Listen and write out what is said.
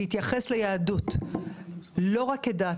להתייחס ליהדות לא רק כדת,